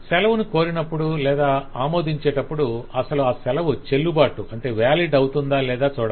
సెలవును కొరినప్పుడు లేదా ఆమోదించేటప్పుడు అసలు ఆ సెలవు చెల్లుబాటు అవుతుందా లేదా చూడాలి